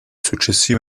successivo